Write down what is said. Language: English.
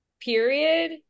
period